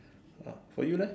ah for you leh